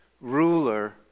ruler